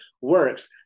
works